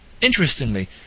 Interestingly